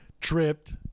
Tripped